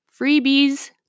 Freebies